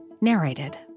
narrated